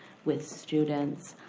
with students.